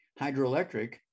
hydroelectric